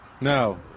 No